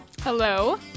Hello